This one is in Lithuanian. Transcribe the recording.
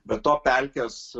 be to pelkės